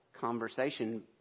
conversation